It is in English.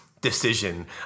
decision